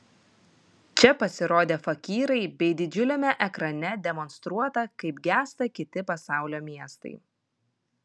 čia pasirodė fakyrai bei didžiuliame ekrane demonstruota kaip gęsta kiti pasaulio miestai